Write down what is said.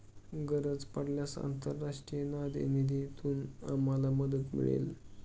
गरज पडल्यास आंतरराष्ट्रीय नाणेनिधीतून आम्हाला मदत मिळेल